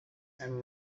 and